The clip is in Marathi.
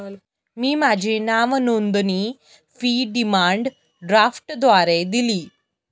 मी माझी नावनोंदणी फी डिमांड ड्राफ्टद्वारे दिली